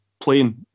playing